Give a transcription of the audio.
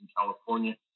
California